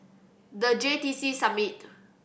The J T C Summit